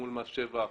מס שבח,